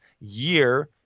year